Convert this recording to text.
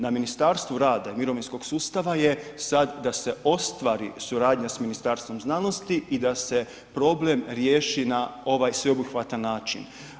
Na Ministarstvu rada i mirovinskog sustava je sad da se ostvari suradnja s Ministarstvom znanosti i da se problem riješi na ovaj sveobuhvatan način.